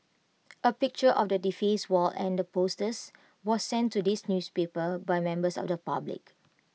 A picture of the defaced wall and the posters was sent to this newspaper by members of the public